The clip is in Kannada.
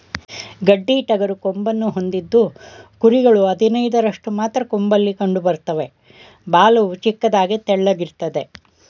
ಗಡ್ಡಿಟಗರು ಕೊಂಬನ್ನು ಹೊಂದಿದ್ದು ಕುರಿಗಳು ಹದಿನೈದರಷ್ಟು ಮಾತ್ರ ಕೊಂಬಲ್ಲಿ ಕಂಡುಬರ್ತವೆ ಬಾಲವು ಚಿಕ್ಕದಾಗಿ ತೆಳ್ಳಗಿರ್ತದೆ